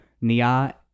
Nia